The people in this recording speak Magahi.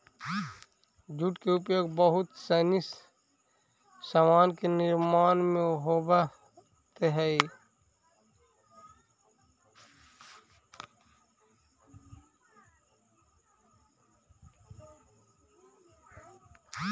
जूट के उपयोग बहुत सनी सामान के निर्माण में होवऽ हई